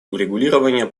урегулирования